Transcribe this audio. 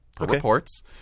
reports